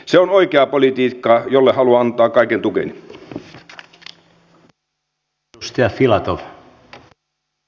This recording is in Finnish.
se on oikeaa politiikkaa jolle haluan antaa kaiken tukeni